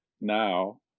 now